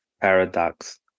Paradox